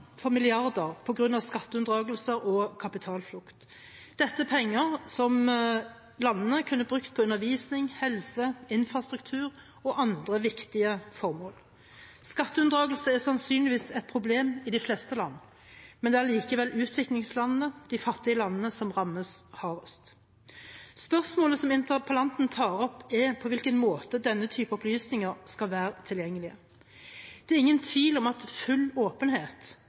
for milliarder på grunn av skatteunndragelser og kapitalflukt. Dette er penger som landene kunne brukt på undervisning, helse, infrastruktur og andre viktige formål. Skatteunndragelse er sannsynligvis et problem i de fleste land, men det er allikevel utviklingslandene, de fattige landene, som rammes hardest. Spørsmålet som interpellanten tar opp, er på hvilken måte denne type opplysninger skal være tilgjengelige. Det er ingen tvil om at full åpenhet